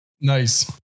Nice